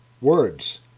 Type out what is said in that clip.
Words